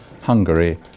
Hungary